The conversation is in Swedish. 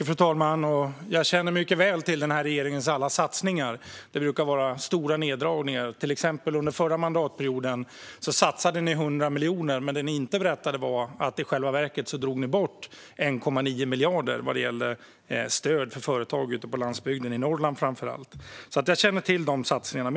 Fru talman! Jag känner mycket väl till regeringens alla satsningar. Det brukar handla om stora neddragningar. Under förra mandatperioden satsade man exempelvis 100 miljoner, men vad man inte berättade var att i själva verket drogs 1,9 miljarder bort vad gäller stöd för företag ute på landsbygden och framför allt i Norrland. Jag känner alltså till satsningarna.